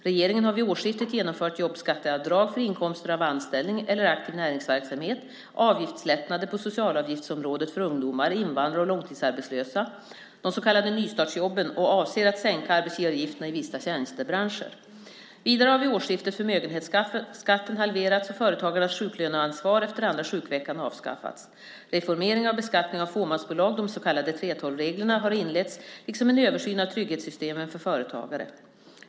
Regeringen har vid årsskiftet genomfört jobbskatteavdrag för inkomster av anställning eller aktiv näringsverksamhet, avgiftslättnader på socialavgiftsområdet för ungdomar, invandrare och långtidsarbetslösa, de så kallade nystartsjobben och avser att sänka arbetsgivaravgifterna i vissa tjänstebranscher. Vidare har vid årsskiftet förmögenhetskatten halverats och företagarnas sjuklöneansvar efter andra sjukveckan avskaffats. Reformeringen av beskattningen av fåmansbolag, de så kallade 3:12-reglerna, har inletts liksom en översyn av trygghetssystemen för företagare.